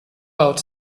out